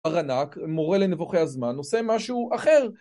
ענק, מורה לנבוכי הזמן, עושה משהו אחר.